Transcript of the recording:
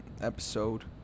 episode